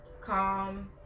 calm